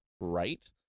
right